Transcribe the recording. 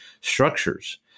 structures